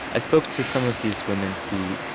i spoke to some of these women who,